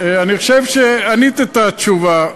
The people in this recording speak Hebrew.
אני חושב שענית את התשובה,